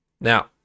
Now